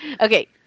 Okay